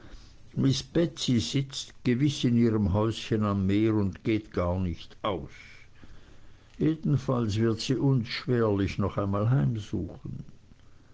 sitzt gewiß in ihrem häuschen am meer und geht gar nicht aus jedenfalls wird sie uns schwerlich noch einmal heimsuchen